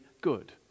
good